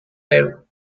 air